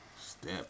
Step